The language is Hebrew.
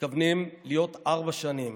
מתכוונים להיות ארבע שנים.